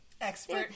Expert